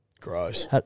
Gross